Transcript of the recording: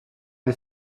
the